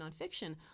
nonfiction